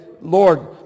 Lord